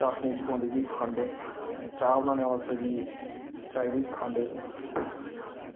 चासनी च पौंदी जी खंड चाह् बनाने बास्तै जी चाहिदी खंड